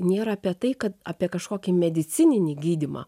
nėra apie tai kad apie kažkokį medicininį gydymą